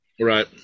right